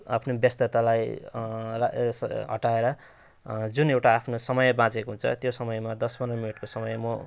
आफ्नो व्यस्ततालाई ला स हटाएर जुन एउटा आफ्नो समय बाँचेको हुन्छ त्यो समयमा दस पन्ध्र मिनटको समय म